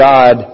God